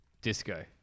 disco